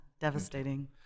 Devastating